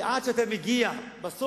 כי עד שאתה מגיע בסוף